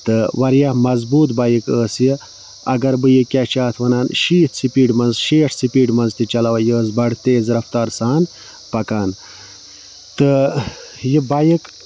تہٕ واریاہ مضبوٗط بایِک ٲس یہِ اگر بہٕ یہِ کیٛاہ چھِ اَتھ وَنان شیٖتھ سِپیٖڈِ منٛز شیٹھ سِپیٖڈ منٛز تہِ چلاو ہا یہِ ٲس بَڑٕ تیز رفتار سان پکان تہٕ یہِ بایِک